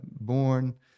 born